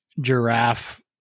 giraffe